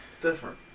Different